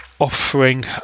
offering